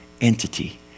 entity